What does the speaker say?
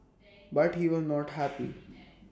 but he was not happy